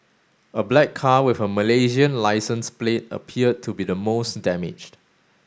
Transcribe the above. a black car with a Malaysian licence plate appeared to be the most damaged